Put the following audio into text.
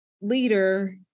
leader